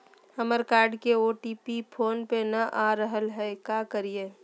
हमर कार्ड के OTP phone पे नई आ रहलई हई, का करयई?